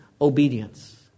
obedience